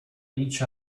each